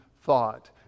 thought